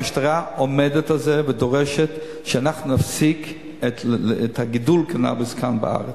המשטרה עומדת על זה ודורשת שאנחנו נפסיק את גידול הקנאביס כאן בארץ.